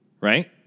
right